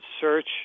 search